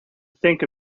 think